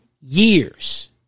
years